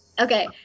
Okay